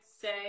say